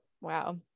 Wow